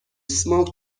smoke